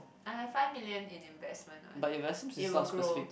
I have five million in investment what it will grow